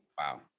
Wow